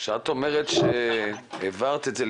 כשאת אומרת שהעברת את זה,